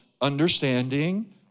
understanding